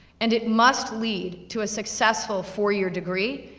and it must lead to a successful four year degree,